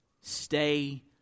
stay